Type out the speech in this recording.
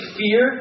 fear